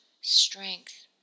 strength